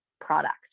product